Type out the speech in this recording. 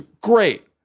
great